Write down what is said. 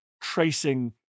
tracing